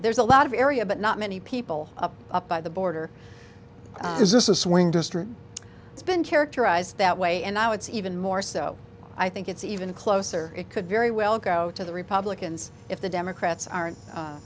there's a lot of area but not many people up by the border is this a swing district it's been characterized that way and now it's even more so i think it's even closer it could very well go to the republicans if the democrats aren't